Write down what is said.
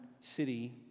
city